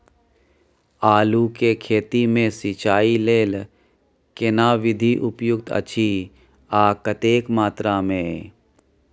आलू के खेती मे सिंचाई लेल केना विधी उपयुक्त अछि आ कतेक मात्रा मे?